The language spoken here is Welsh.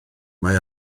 mae